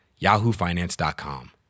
yahoofinance.com